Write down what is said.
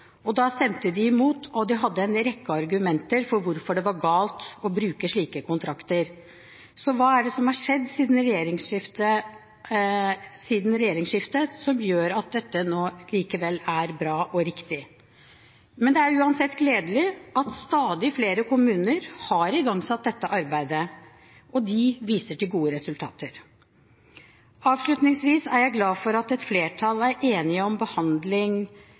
Da stemte de imot og hadde en rekke argumenter for hvorfor det var galt å bruke slike kontrakter. Hva er det som har skjedd siden regjeringsskiftet, som gjør at dette nå likevel er bra og riktig? Det er uansett gledelig at stadig flere kommuner har igangsatt dette arbeidet, og de viser til gode resultater. Avslutningsvis er jeg glad for at et flertall er enig om at behandling,